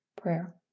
Prayer